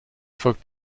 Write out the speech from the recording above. folgt